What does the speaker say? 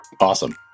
awesome